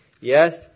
Yes